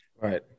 Right